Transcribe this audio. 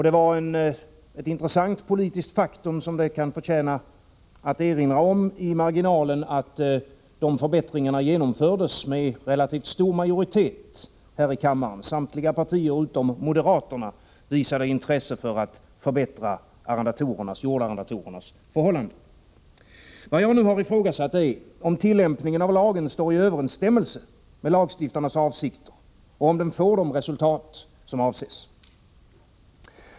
Det var ett intressant politiskt faktum, som det kan förtjäna att erinras om i marginalen, att dessa förbättringar genomfördes med en relativt stor majoritet här i kammaren. Samtliga partier utom moderaterna visade intresse för att förbättra jordarrendatorernas förhållanden. Vad jag ifrågasatt är om tillämpningen av lagen står i överensstämmelse med lagstiftarnas avsikter och om den får de resultat som avses.